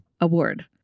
Award